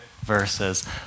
verses